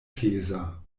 peza